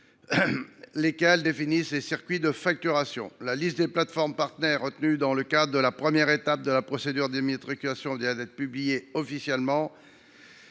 B qui définissent les circuits de facturation. La liste des plateformes partenaires retenues dans le cadre de la première étape de la procédure d’immatriculation vient d’être publiée officiellement.